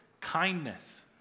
kindness